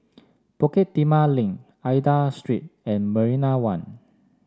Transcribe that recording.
Bukit Timah Link Aida Street and Marina One